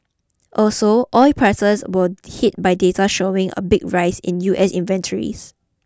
also oil prices were hit by data showing a big rise in US inventories